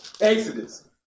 Exodus